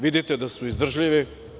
Vidite da su izdržljivi.